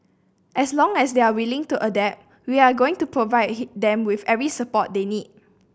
as long as they are willing to adapt we are going to provide them with every support they need